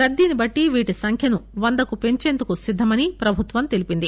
రద్దీని బట్టి వీటి సంఖ్యను వందకు పెంచేందుకు సిద్దమని ప్రభుత్వం తెలిపింది